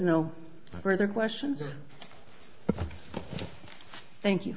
no further questions thank you